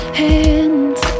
hands